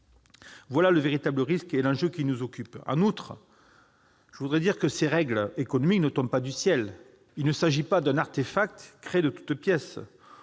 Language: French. Voilà le véritable risque et l'enjeu qui nous occupe ! En outre, ces règles économiques ne tombent pas du ciel. Il ne s'agit pas d'un artefact créé de toutes pièces.